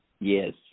Yes